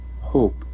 hope